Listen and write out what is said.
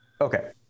Okay